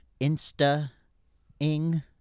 Insta-ing